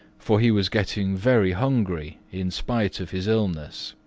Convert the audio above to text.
for he was getting very hungry in spite of his illness.